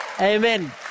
Amen